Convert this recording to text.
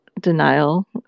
denial